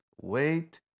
wait